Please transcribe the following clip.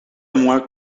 mois